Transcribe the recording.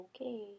okay